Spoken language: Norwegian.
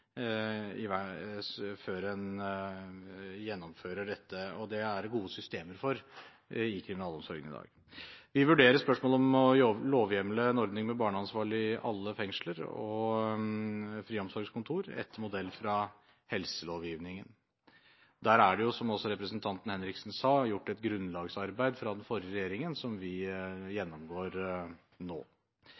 før man gjennomfører dette, og det er det gode systemer for i kriminalomsorgen i dag. Vi vurderer spørsmålet om å lovhjemle en ordning med barneansvarlig i alle fengsler og friomsorgskontor etter modell fra helselovgivningen. Der er det, som også representanten Kari Henriksen sa, gjort et grunnlagsarbeid fra den forrige regjeringen som vi gjennomgår nå.